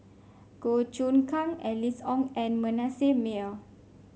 Goh Choon Kang Alice Ong and Manasseh Meyer